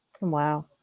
Wow